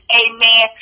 amen